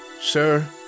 Sir